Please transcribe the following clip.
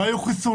לא היו חיסונים,